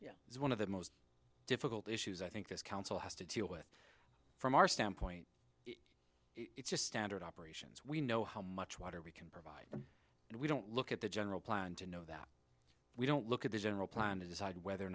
is one of the most difficult issues i think this council has to deal with from our standpoint it's just standard operations we know how much water we can prove and we don't look at the general plan to know that we don't look at the general plan to decide whether or